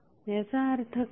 याचा अर्थ काय